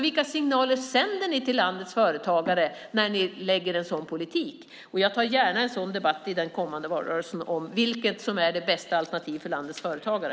Vilka signaler sänder ni till landets företagare när ni lägger fram en sådan politik? I den kommande valrörelsen tar jag gärna en debatt om det bästa alternativet för landets företagare.